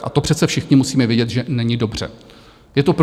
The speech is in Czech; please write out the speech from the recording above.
A to přece všichni musíme vidět, že není dobře, je to průšvih.